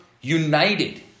united